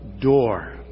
door